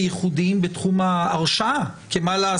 יושבים על זה כמה ימים לפני,